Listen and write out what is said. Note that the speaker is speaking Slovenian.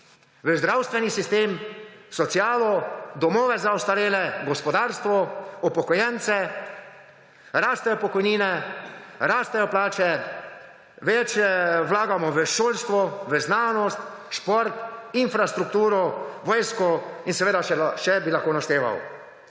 v zdravstveni sistem, socialo, domove za ostarele, gospodarstvo, upokojence, rastejo pokojnine, rastejo plače, več vlagamo v šolstvo, znanost, šport, infrastrukturo, vojsko in seveda še bi lahko našteval.